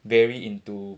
very into